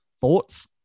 thoughts